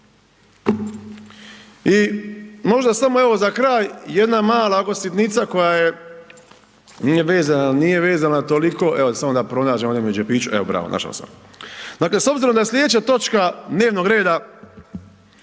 I možda samo evo za kraj jedna mala ovako sitnica koja je, nije vezana, nije vezana toliko, evo samo da pronađem ovdje među …/Govornik se ne razumije/…evo bravo, našao sam, dakle s obzirom da je slijedeća točka dnevnog reda